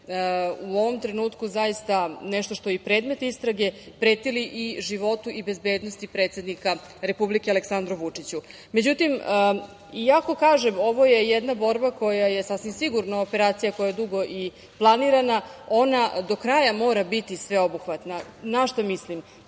u ovom trenutku zaista nešto što je i predmet istrage, pretili i životu i bezbednosti predsednika Aleksandru Vučiću.Međutim, iako kažem ovo je jedna borba koja je sasvim sigurno operacija koja je dugo planirana, ona do kraja mora biti sveobuhvatna. Na šta mislim?